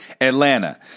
Atlanta